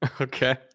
Okay